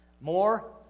More